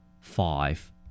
Five